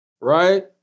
right